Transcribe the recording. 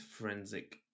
forensic